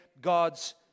God's